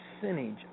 percentage